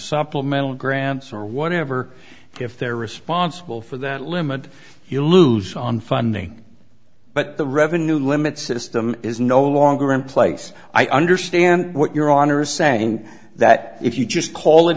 supplemental grants or whatever if they're responsible for that limit you lose on funding but the revenue limit system is no longer in place i understand what your honor is saying that if you just call it